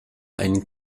ein